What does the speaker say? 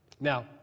Now